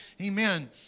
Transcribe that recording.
Amen